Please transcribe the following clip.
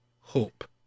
hope